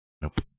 Nope